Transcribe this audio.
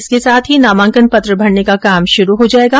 इसके साथ ही नामांकन पत्र भरने का काम शुरू हो जायेगा